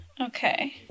Okay